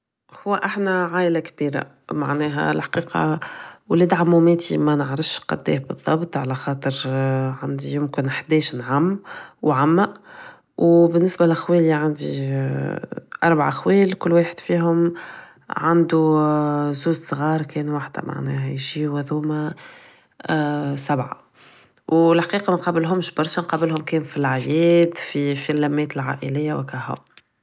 هو احنا عايلة كبيرة معناها الحقيقة ولاد عموماتي منعرفش قداه بضبط على خاطر عندي يمكن حداش عم و عمة و بالنسبة لخوالي عندي اربعة اخوال كل واحد فيهم عندو زوج صغار كان وحدة معناها يجيو هدوما سبعة و لحقيقة منقابلهمش برشا نقابلهم كان فلعياد في اللمات العائلية و اكاهو